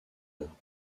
heure